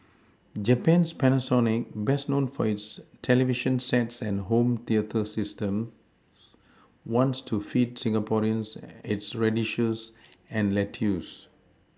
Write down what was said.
Japan's Panasonic best known for its television sets and home theatre systems wants to feed Singaporeans its radishes and lettuce